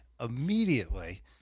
immediately